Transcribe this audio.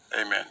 Amen